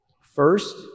first